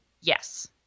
Yes